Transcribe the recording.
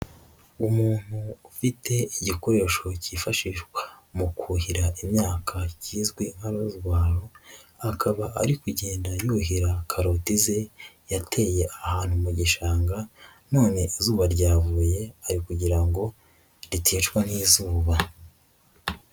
Umuntu ufite igikoresho cyifashishwa mu kuhira imyaka kizwi nka rozwaro, akaba ari kugenda yuhira karoti ze yateye ahantu mu gishanga, none izuba ryavuye ayo kugira ngo biticwa n'izuba.